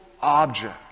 object